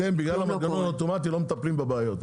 אתם בגלל המנגנון האוטומטי לא מטפלים בבעיות.